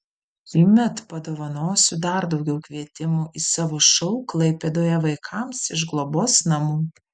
šįmet padovanosiu dar daugiau kvietimų į savo šou klaipėdoje vaikams iš globos namų